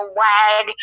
wag